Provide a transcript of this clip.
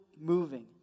moving